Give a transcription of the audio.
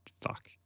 fuck